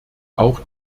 auch